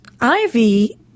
Ivy